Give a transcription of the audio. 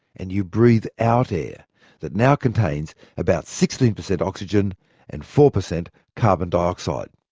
and you breathe out air that now contains about sixteen per cent oxygen and four per cent carbon dioxide.